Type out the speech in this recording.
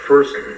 first